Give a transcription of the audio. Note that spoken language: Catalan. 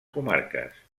comarques